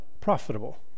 Profitable